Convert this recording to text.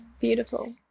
beautiful